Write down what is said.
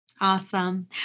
Awesome